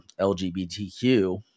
LGBTQ